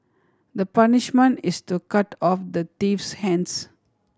the punishment is to cut off the thief's hands